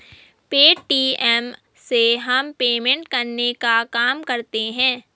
Paytm से हम payment करने का काम करते है